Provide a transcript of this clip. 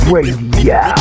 Radio